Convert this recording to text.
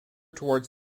towards